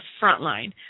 frontline